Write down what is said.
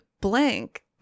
blank